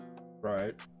Right